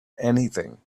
anything